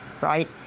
right